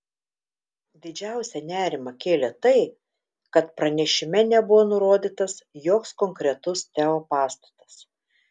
didžiausią nerimą kėlė tai kad pranešime nebuvo nurodytas joks konkretus teo pastatas